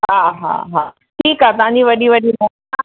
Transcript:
हा हा हा ठीकु आहे तव्हांजी वॾी वॾी